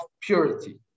purity